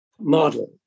model